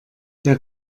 der